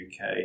UK